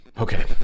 Okay